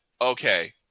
okay